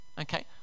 okay